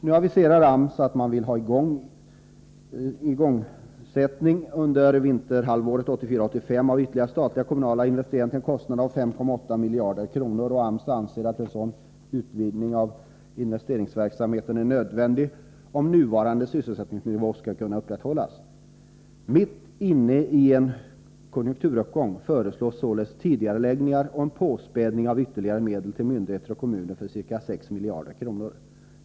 Nu aviserar AMS att man under vinterhalvåret 1984-1985 vill ha en igångsättning av ytterligare statliga och kommunala investeringar till en kostnad av 5,8 miljarder kronor. AMS anser att en sådan utvidgning av investeringsverksamheten är nödvändig om nuvarande sysselsättningsnivå skall kunna upprätthållas. Mitt inne i en konjunkturuppgång föreslås således tidigareläggningar och en påspädning med ytterligare medel till myndigheter och kommuner med ca 6 miljarder kronor.